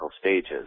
stages